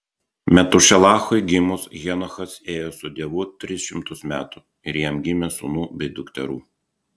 metušelachui gimus henochas ėjo su dievu tris šimtus metų ir jam gimė sūnų bei dukterų